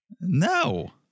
No